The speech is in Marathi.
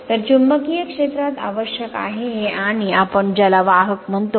तर चुंबकीय क्षेत्रात आवश्यक आहे हे आणि आपण ज्याला वाहक म्हणतो